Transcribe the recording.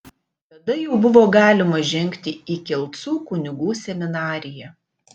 tada jau buvo galima žengti į kelcų kunigų seminariją